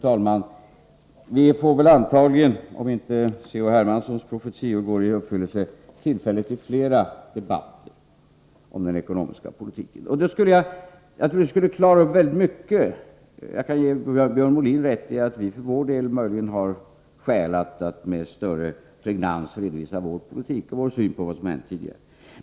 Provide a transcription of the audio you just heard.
Hermanssons profetior går i uppfyllelse får vi antagligen, fru talman, tillfälle till flera debatter om den ekonomiska politiken. Jag kan ge Björn Molin rätt i att vi för vår del har skäl att med större pregnans redovisa vår politik och vår syn på vad som har hänt tidigare.